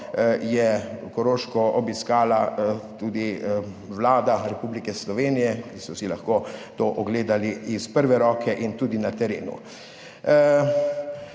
je Koroško obiskala tudi Vlada Republike Slovenije in so si lahko to ogledali iz prve roke in tudi na terenu.